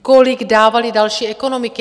Kolik dávaly další ekonomiky?